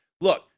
look